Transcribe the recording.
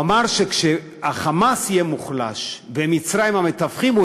הוא אמר שכשה"חמאס" יהיה מוחלש ומצרים המתווכים,